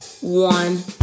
one